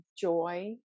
joy